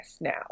now